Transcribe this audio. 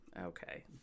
Okay